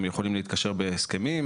הם יכולים להתקשר בהסכמים,